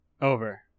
Over